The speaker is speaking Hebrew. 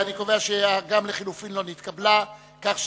ההסתייגות לחלופין הראשונה של קבוצת